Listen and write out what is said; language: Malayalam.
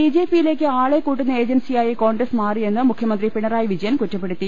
ബിജെപിയിലേക്ക് ആളെ കൂട്ടുന്ന ഏജൻസിയായി കോൺഗ്രസ് മാറിയെന്ന് മുഖ്യമന്ത്രി പിണറായി വിജയൻ കുറ്റപ്പെടുത്തി